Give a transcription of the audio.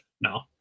No